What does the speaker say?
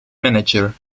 manager